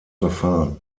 verfahren